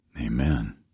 Amen